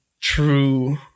true